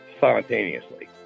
simultaneously